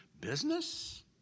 business